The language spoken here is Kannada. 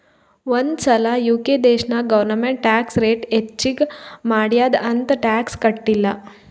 ಒಂದ್ ಸಲಾ ಯು.ಕೆ ದೇಶನಾಗ್ ಗೌರ್ಮೆಂಟ್ ಟ್ಯಾಕ್ಸ್ ರೇಟ್ ಹೆಚ್ಚಿಗ್ ಮಾಡ್ಯಾದ್ ಅಂತ್ ಟ್ಯಾಕ್ಸ ಕಟ್ಟಿಲ್ಲ